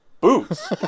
boots